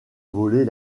voler